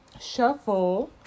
shuffle